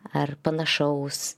ar panašaus